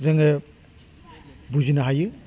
जोङो बुजिनो हायो